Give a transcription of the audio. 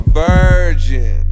virgin